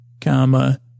comma